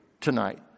tonight